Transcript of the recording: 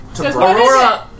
Aurora